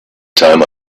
time